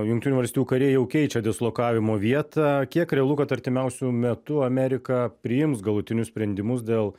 jungtinių valstijų kariai jau keičia dislokavimo vietą kiek realu kad artimiausiu metu amerika priims galutinius sprendimus dėl